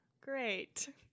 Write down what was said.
great